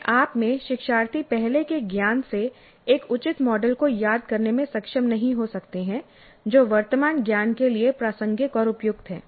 अपने आप में शिक्षार्थी पहले के ज्ञान से एक उचित मॉडल को याद करने में सक्षम नहीं हो सकते हैं जो वर्तमान ज्ञान के लिए प्रासंगिक और उपयुक्त है